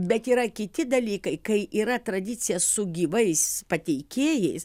bet yra kiti dalykai kai yra tradicija su gyvais pateikėjais